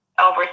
over